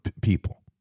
people